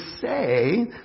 say